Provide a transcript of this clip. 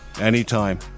Anytime